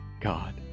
God